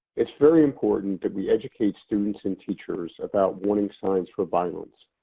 it's very important that we educate students and teachers about warning signs for violence,